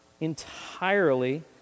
entirely